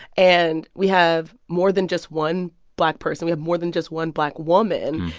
and we have more than just one black person. we have more than just one black woman.